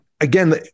again